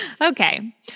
Okay